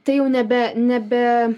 tai jau nebe nebe